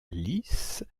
lisse